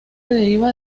deriva